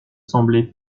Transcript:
sembler